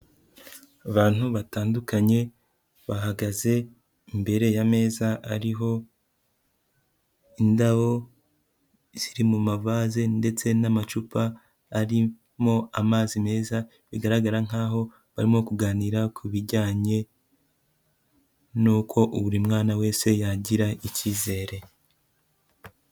Abantu batandukanye bahagaze imbere y'ameza ariho indabo ziri mu mavase ndetse n'amacupa arimo amazi meza bigaragara nk'aho barimo kuganira ku bijyanye n'uko buri mwana wese yagira icyizere.